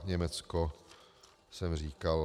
Německo jsem říkal.